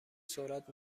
سرعت